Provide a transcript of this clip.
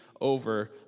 over